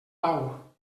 pau